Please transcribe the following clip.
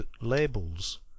labels